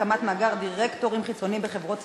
הקמת מאגר דירקטורים חיצוניים בחברות ציבוריות),